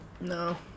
No